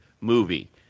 movie